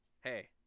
Hey